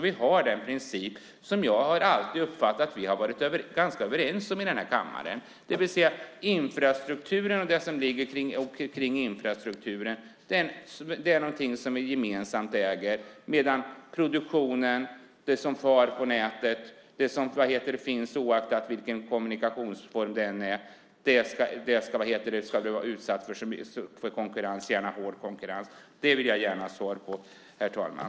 Vi har en princip som jag alltid har uppfattat att vi är överens om i kammaren, det vill säga att infrastrukturen ägs gemensamt medan produktionen, det som far fram på nätet oavsett kommunikationsformen, gärna ska vara utsatt för hård konkurrens. Det här vill jag gärna ha svar på, herr talman.